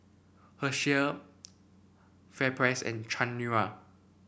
Herschel FairPrice and Chanira